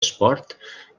esport